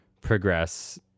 progress